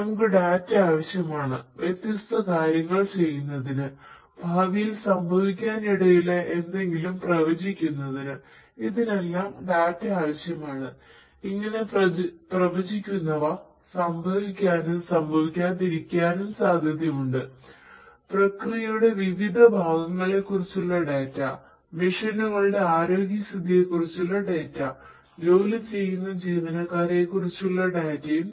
നമുക്ക് ഡാറ്റ ആവശ്യമാണ് വ്യത്യസ്ത കാര്യങ്ങൾ ചെയ്യുന്നതിന് ഭാവിയിൽ സംഭവിക്കാനിടയുള്ള എന്തെങ്കിലും പ്രവചിക്കുന്നതിന് ഇതിനെല്ലാം ഡാറ്റ ആവശ്യമാണ് ഇങ്ങനെ പ്രവചിക്കുന്നവ സംഭവിക്കാനും സംഭവിക്കാതിരിക്കാനും സാധ്യത ഉണ്ട് പ്രക്രിയയുടെ വിവിധ ഭാഗങ്ങളെക്കുറിച്ചുള്ള ഡാറ്റ മെഷീനുകളുടെ ആരോഗ്യസ്ഥിതിയെക്കുറിച്ചുള്ള ഡാറ്റ ജോലി ചെയ്യുന്ന ജീവനക്കാരെ കുറിച്ചുള്ള ഡാറ്റയും